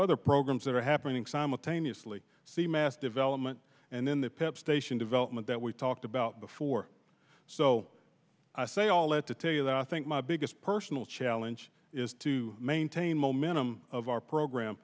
other programs that are happening simultaneously see mass development and then the pep station development that we've talked about before so i say all that to tell you that i think my biggest personal challenge is to maintain momentum of our program